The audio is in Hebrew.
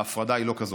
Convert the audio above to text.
וההפרדה היא לא כזאת,